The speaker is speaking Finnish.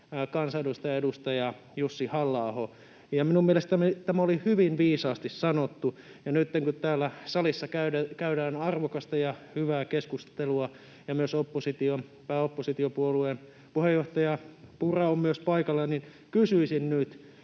kansanedustaja, edustaja Jussi Halla-aho, ja minun mielestäni tämä oli hyvin viisaasti sanottu. Ja nytten, kun täällä salissa käydään arvokasta ja hyvää keskustelua ja myös pääoppositiopuolueen puheenjohtaja Purra on paikalla, kysyisin,